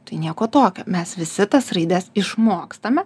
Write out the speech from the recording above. tai nieko tokio mes visi tas raides išmokstame